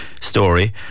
story